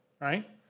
right